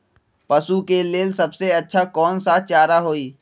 पशु के लेल सबसे अच्छा कौन सा चारा होई?